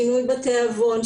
שינוי בתיאבון,